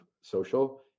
social